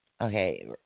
Okay